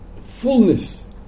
Fullness